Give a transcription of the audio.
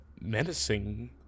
menacing